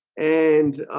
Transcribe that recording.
and